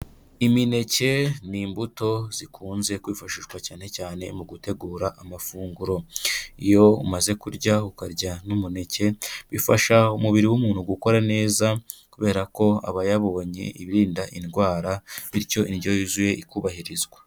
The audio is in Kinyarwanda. Imineke ni imbuto zikunze kwifashishwa cyane cyane mu gutegura amafunguro, iyo umaze kurya ukarya n'umuneke bifasha umubiri w'umuntu gukora neza kubera ko abayabonye iririndanda indwara bityo indyo yuzuye ikubahirizwa,